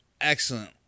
excellent